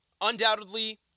Undoubtedly